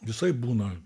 visaip būna